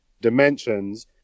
dimensions